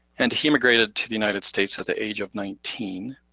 and he immigrated to the united states at the age of nineteen,